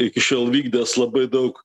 iki šiol vykdęs labai daug